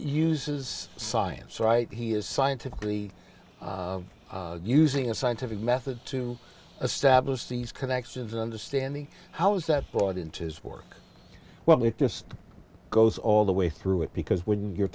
uses science right he is scientifically using a scientific method to establish these connections understanding how's that brought into his work well it just goes all the way through it because when you're